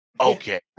okay